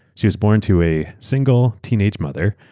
she was born to a single teenage mother,